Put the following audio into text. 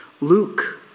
Luke